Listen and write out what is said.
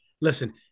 Listen